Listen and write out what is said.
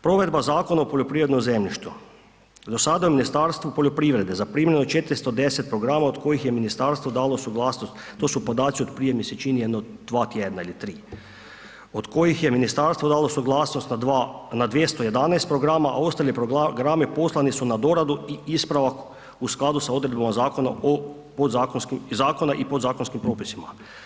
Provedba Zakona o poljoprivrednom zemljištu, do sada je u Ministarstvu poljoprivrede zaprimljeno 410 programa, od kojih je ministarstvo dalo suglasnost, to su podaci od prije mi se čini jedno dva tjedna ili tri, od kojih je ministarstvo dalo suglasnost na 211 programa, a ostali programi poslani su na doradu i ispravak u skladu sa odredbama Zakona o podzakonskim, zakona i podzakonskim propisima.